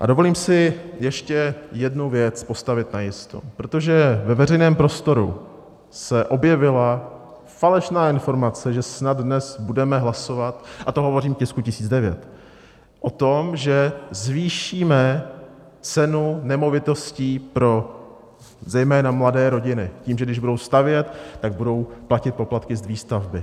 A dovolím si ještě jednu věc postavit najisto, protože ve veřejném prostoru se objevila falešná informace, že snad dnes budeme hlasovat, a to hovořím k tisku 1009, o tom, že zvýšíme cenu nemovitostí pro zejména mladé rodiny, že když budou stavět, tak budou platit poplatky z výstavby.